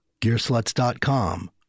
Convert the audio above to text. Gearsluts.com